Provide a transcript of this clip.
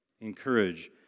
Encourage